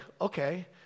okay